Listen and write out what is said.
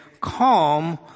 calm